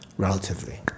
Relatively